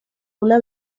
una